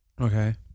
Okay